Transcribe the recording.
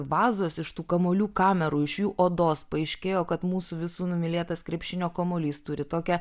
vazos iš tų kamuolių kamerų iš jų odos paaiškėjo kad mūsų visų numylėtas krepšinio kamuolys turi tokią